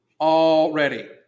already